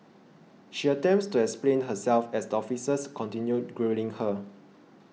she attempts to explain herself as the officers continue grilling her